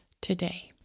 today